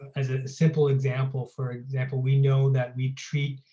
as a simple example, for example, we know that we treat,